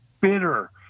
bitter